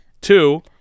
Two